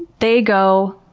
they go,